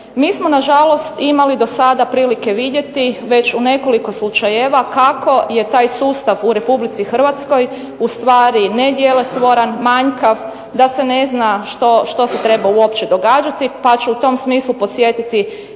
Mi smo na žalost imali do sada prilike vidjeti, već u nekoliko slučajeva, kako je taj sustav u Republici Hrvatskoj ustvari nedjelotvoran, manjkav, da se ne zna što se treba uopće događati, pa ću u tom smislu podsjetiti